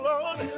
Lord